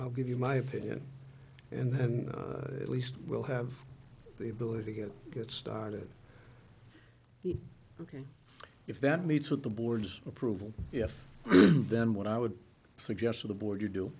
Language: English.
i'll give you my opinion and then at least we'll have the ability to get it started ok if that meets with the board's approval yes then what i would suggest to the board you do